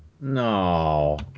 No